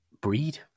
breed